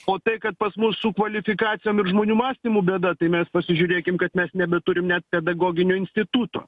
o tai kad pas mus su kvalifikacijom ir žmonių mąstymu bėda tai mes pasižiūrėkim kad mes nebeturim net pedagoginio instituto